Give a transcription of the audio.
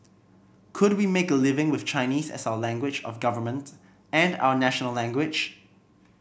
could we make a living with Chinese as our language of government and our national language